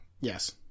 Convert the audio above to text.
yes